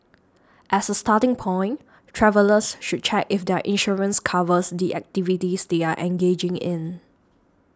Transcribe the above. as a starting point travellers should check if their insurance covers the activities they are engaging in